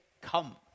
come